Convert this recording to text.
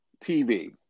tv